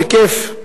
בכיף.